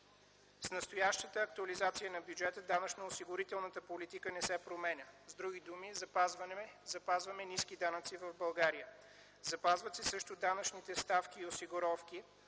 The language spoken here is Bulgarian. С настоящата актуализация на бюджета данъчно осигурителната политика не се променя. С други думи, запазваме ниски данъци в България. Запазват се също данъчните ставки и осигуровки